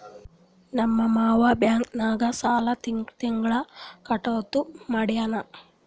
ನಮ್ ಮಾಮಾ ಬ್ಯಾಂಕ್ ನಾಗ್ ಸಾಲ ತಿಂಗಳಾ ತಿಂಗಳಾ ಕಟ್ಟದು ಮಾಡ್ಯಾನ್